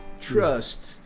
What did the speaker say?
trust